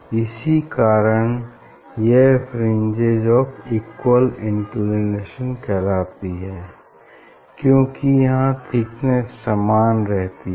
इसी कारण यह फ्रिंजेस ऑफ़ इक्वल इंक्लिनेशन कहलाती हैं क्यूंकि यहाँ थिकनेस समान रहती है